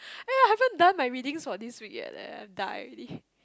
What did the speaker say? eh I haven't done my readings for this week yet leh I die already